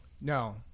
No